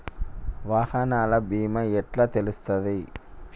వాహనాల బీమా ఎట్ల తెలుస్తది?